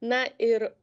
na ir